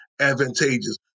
advantageous